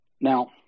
Now